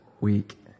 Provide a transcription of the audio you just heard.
week